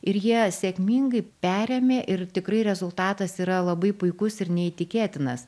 ir jie sėkmingai perėmė ir tikrai rezultatas yra labai puikus ir neįtikėtinas